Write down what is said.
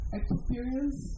experience